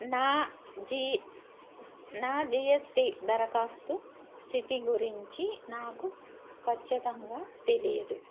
నా జీ నా జీఎస్టీ దరఖాస్తు స్థితి గురించి నాకు ఖచ్చితంగా తెలియదు